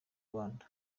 rwanda